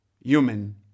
Human